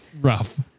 Rough